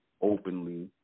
openly